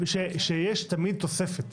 יש תמיד תוספת,